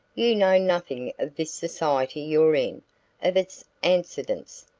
you know nothing of this society you're in of its antecedents,